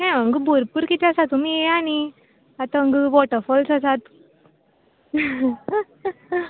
हें हांगा भरपूर कितें आसा तुमी येया नी आता हांगा वोटरफोल्स आसात